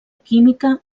química